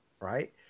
right